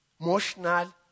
emotional